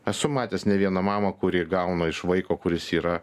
esu matęs ne vieną mamą kuri gauna iš vaiko kuris yra